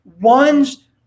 one's